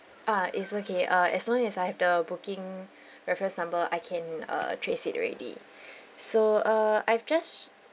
ah it's okay uh as long as I have the booking reference number I can uh trace it already so uh I've just